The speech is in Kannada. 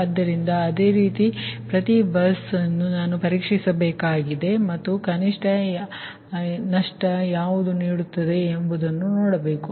ಆದ್ದರಿಂದ ಅದೇ ರೀತಿ ಪ್ರತಿ ಬಸ್ ಅನ್ನು ನಾನು ಪರೀಕ್ಷಿಸಬೇಕಾಗಿದೆ ಮತ್ತು ಯಾವುದು ಕನಿಷ್ಠ ನಷ್ಟವನ್ನು ನೀಡುತ್ತದೆ ಎಂಬುದನ್ನು ನಾನು ನೋಡಬೇಕು